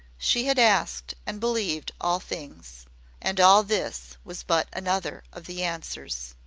she had asked and believed all things and all this was but another of the answers.